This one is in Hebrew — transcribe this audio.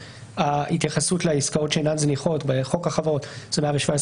התייחסות לעסקאות שאינן זניחות בחוק החברות.